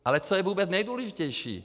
Ale co je vůbec nejdůležitější.